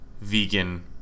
vegan